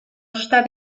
està